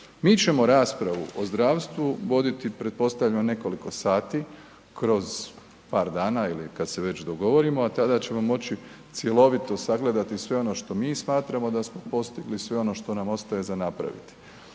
Mi ćemo raspravu o zdravstvu voditi pretpostavljam nekoliko sati kroz par dana ili kad se već dogovorimo, a tada ćemo moći cjelovito sagledati sve ono što mi smatramo da smo postigli, sve ono što nam ostaje za napraviti.